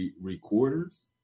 recorders